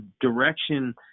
direction